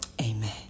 Amen